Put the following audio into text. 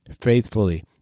faithfully